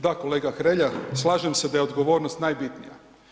Da kolega Hrelja, slažem se da je odgovornost najbitnija.